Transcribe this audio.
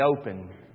open